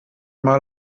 mal